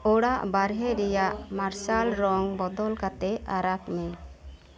ᱚᱲᱟᱜ ᱵᱟᱨᱦᱮ ᱨᱮᱭᱟᱜ ᱢᱟᱨᱥᱟᱞ ᱨᱚᱝ ᱵᱚᱫᱚᱞ ᱠᱟᱛᱮᱫ ᱟᱨᱟᱜᱽ ᱢᱮ